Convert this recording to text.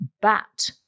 bat